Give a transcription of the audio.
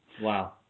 Wow